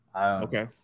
Okay